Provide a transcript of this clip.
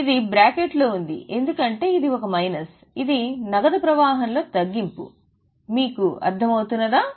ఇది బ్రాకెట్లో ఉంది ఎందుకంటే ఇది ఒక మైనస్ ఇది నగదు ప్రవాహంలో తగ్గింపు మీకు అర్థం అవుతున్నదా